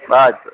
Baat